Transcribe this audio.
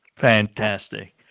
Fantastic